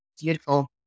beautiful